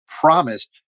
promised